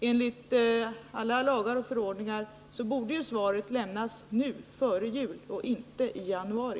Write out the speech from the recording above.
Enligt alla lagar och förordningar borde ju svaret lämnas nu och inte i januari.